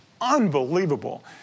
unbelievable